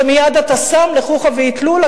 שמייד אתה שם לחוכא ואטלולא,